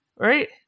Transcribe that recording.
right